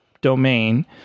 domain